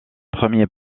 premier